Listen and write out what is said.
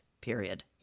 period